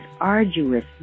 arduous